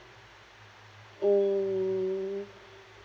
mm